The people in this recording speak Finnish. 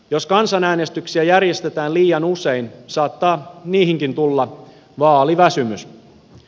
jos kansanäänestyksiä järjestetään liian usein saattaa niihinkin tulla vaaliväsymys